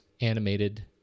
Animated